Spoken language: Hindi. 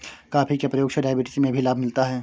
कॉफी के प्रयोग से डायबिटीज में भी लाभ मिलता है